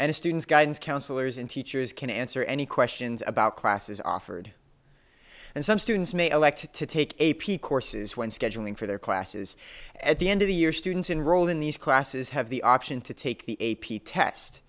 and students guidance counselors and teachers can answer any questions about classes offered and some students may elect to take a p courses when scheduling for their classes at the end of the year students enrolled in these classes have the option to take the a p test